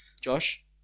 Josh